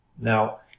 Now